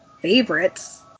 favorites